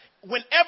whenever